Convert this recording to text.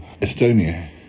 Estonia